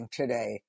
today